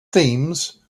themes